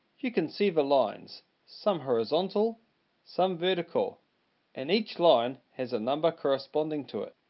you can see the lines, some horizontal some vertical and each line has a number corresponding to it.